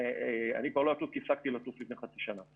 אני כבר לא אטוס כי הפסקתי לטוס לפני חצי שנה.